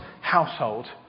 household